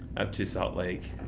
up to salt lake,